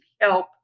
help